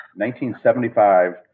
1975